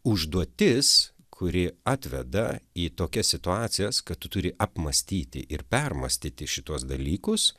užduotis kuri atveda į tokias situacijas kad tu turi apmąstyti ir permąstyti šituos dalykus